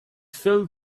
fell